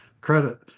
credit